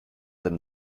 than